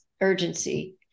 urgency